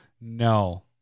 no